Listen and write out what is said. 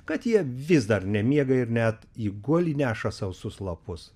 kad jie vis dar nemiega ir net į guolį neša sausus lapus